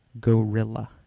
gorilla